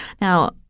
Now